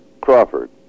Crawford